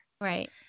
Right